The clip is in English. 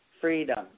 Freedom